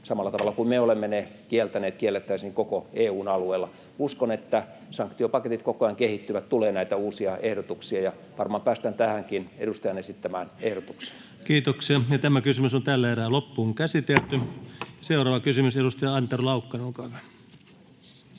samalla tavalla kuin me olemme ne kieltäneet, kiellettäisiin koko EU:n alueella. Uskon, että sanktiopaketit koko ajan kehittyvät, tulee näitä uusia ehdotuksia, ja varmaan päästään tähänkin edustajan esittämään ehdotukseen. Seuraava kysymys, edustaja Antero Laukkanen, olkaa hyvä.